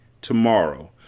Tomorrow